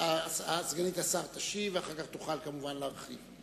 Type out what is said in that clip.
סגנית השר תשיב, ואחר כך תוכל כמובן להרחיב.